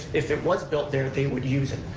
if it was built there, they would use it,